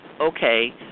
okay